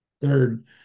third